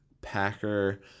Packer